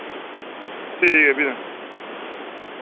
ठीक ऐ फ्ही तां